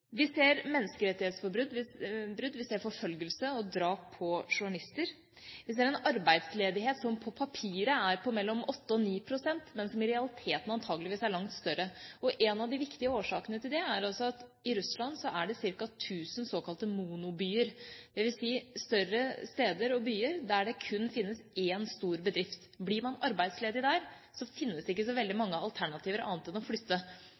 Vi ser menneskerettighetsbrudd. Vi ser forfølgelse og drap på journalister. Vi ser en arbeidsledighet som på papiret er på mellom 8 og 9 pst., men som i realiteten antakeligvis er langt større. En av de viktige årsakene til det er at i Russland er det ca. 1 000 såkalte monobyer, dvs. større steder og byer der det kun finnes én stor bedrift. Blir man arbeidsledig der, finnes det ikke så veldig mange alternativer annet enn å flytte